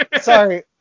sorry